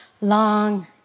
long